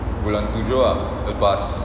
bulan tujuh ah lepas